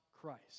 Christ